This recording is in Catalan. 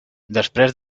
després